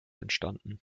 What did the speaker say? entstanden